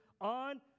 on